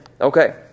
Okay